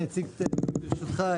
אני אציג את עצמי ברשותך,